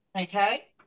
Okay